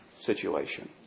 situation